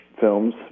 films